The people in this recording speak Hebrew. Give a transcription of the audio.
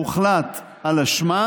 הוחלט על אשמה,